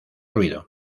ruido